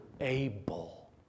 able